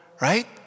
right